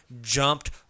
jumped